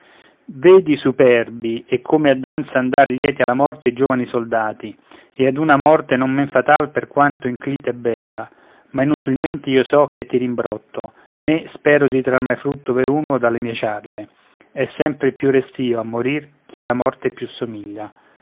vedi superbi e come a danza andar lieti alla morte i giovani soldati e ad una morte non men fatal per quanto inclita e bella ma inutilmente io so che ti rimbrotto né spero di trar mai frutto veruno dalle mie ciarle è sempre il più restìo a morir chi alla morte più somiglia